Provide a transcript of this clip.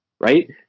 right